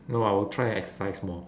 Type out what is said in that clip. no I will try and exercise more